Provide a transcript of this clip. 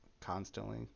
constantly